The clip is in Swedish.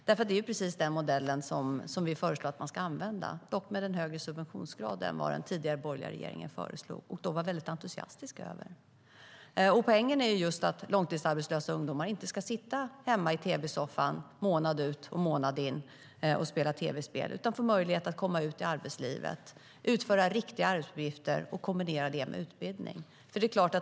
Det är precis den modell som vi föreslår att man ska använda, dock med en högre subventionsgrad än vad den tidigare borgerliga regeringen föreslog och var väldigt entusiastisk över. Poängen är just att långtidsarbetslösa ungdomar inte ska sitta hemma i tv-soffan månad ut och månad in och spela tv-spel, utan få möjlighet att komma ut i arbetslivet, utföra riktiga arbetsuppgifter och kombinera det med utbildning.